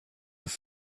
have